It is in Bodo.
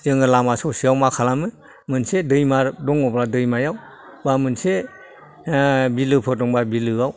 जोङो लामा ससेयाव मा खालामो मोनसे दैमा दङब्ला दैमायाव बा मोनसे बिलोफोर दंबा बिलोयाव